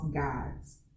gods